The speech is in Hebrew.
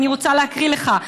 ואני רוצה להקריא לך.